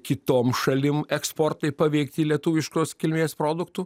kitom šalim eksportai paveikti lietuviškos kilmės produktų